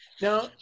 Now